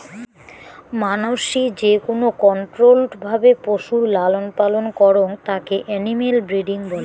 মানাসি যেকোন কন্ট্রোল্ড ভাবে পশুর লালন পালন করং তাকে এনিম্যাল ব্রিডিং বলে